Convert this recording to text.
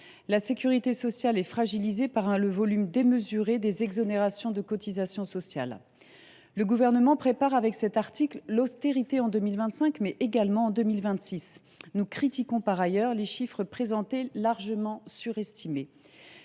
La sécurité sociale est fragilisée par le volume démesuré des exonérations de cotisations sociales. Avec cet article, le Gouvernement prépare l’austérité en 2025, mais également en 2026. Nous critiquons par ailleurs les chiffres présentés, qui sont largement surestimés.